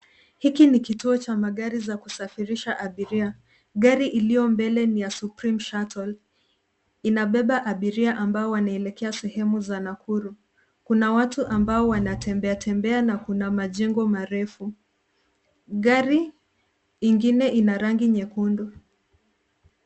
Hiki ni kituo cha magari za kusafirisha abiria ,gari iliyo mbele ni ya suprime shuttle inabeba abiria ambao wanaelekea sehemu za Nakuru kuna watu ambao wanatembeatembea na kuna majengo marefu, gari ingine ina rangi nyekundu.